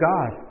God